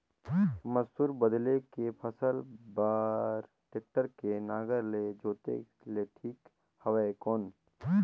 मसूर बदले के फसल बार टेक्टर के नागर ले जोते ले ठीक हवय कौन?